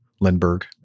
Lindbergh